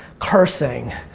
cursing,